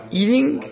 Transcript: eating